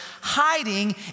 hiding